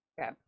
Okay